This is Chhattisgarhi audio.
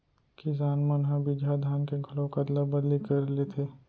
किसान मन ह बिजहा धान के घलोक अदला बदली कर लेथे